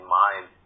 mind